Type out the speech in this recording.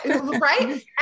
right